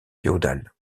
féodal